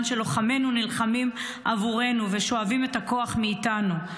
שלוחמינו נלחמים עבורנו ושואבים את הכוח מאיתנו?